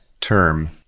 term